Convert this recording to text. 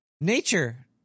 nature